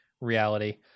reality